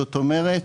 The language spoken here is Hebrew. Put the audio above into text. כלומר,